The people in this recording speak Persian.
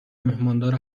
مهماندار